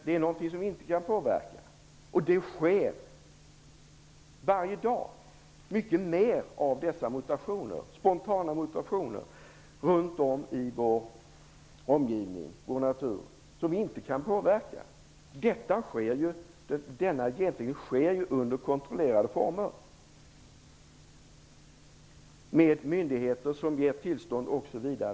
Det är någonting som vi inte kan påverka. Dessa spontana mutationer sker varje dag runt om i vår omgivning och i vår natur, och vi kan inte påverka dem. Gentekniken sker däremot under kontrollerade former, med myndigheter som ger tillstånd osv.